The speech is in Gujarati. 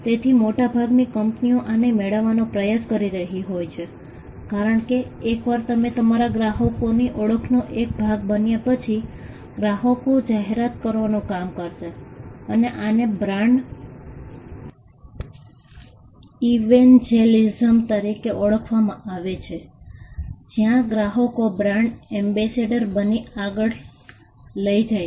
તેથી મોટાભાગની કંપનીઓ આને મેળવવાનો પ્રયાસ કરી રહી હોય છે કારણ કે એકવાર તમે તમારા ગ્રાહકોની ઓળખનો એક ભાગ બન્યા પછી ગ્રાહકો જાહેરાત કરવાનું કામ કરશે અને આને બ્રાન્ડ ઇવેન્જેલિઝમ તરીકે ઓળખવામાં આવે છે જ્યાં ગ્રાહકો બ્રાન્ડ એમ્બેસેડર બની આગળ લઈ જાય છે